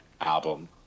album